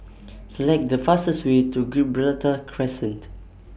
Select The fastest Way to Gibraltar Crescent